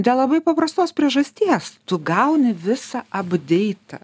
čia labai paprastos priežasties tu gauni visą apdeitą